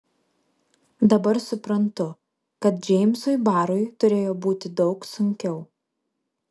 dabar suprantu kad džeimsui barui turėjo būti daug sunkiau